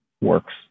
works